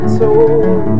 told